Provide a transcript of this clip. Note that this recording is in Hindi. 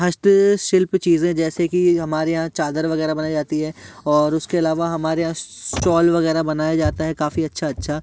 हस्तशिल्प चीज़ें जैसे कि हमारे यहाँ चादर वग़ैरह बनाई जाती है और उसके आलावा हमारे यहाँ स्टॉल वग़ैरह बनाए जाते हैं काफ़ी अच्छे अच्छे